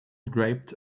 draped